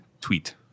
tweet